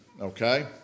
okay